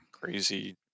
crazy